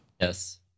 yes